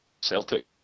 Celtic